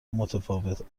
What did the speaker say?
متفاوت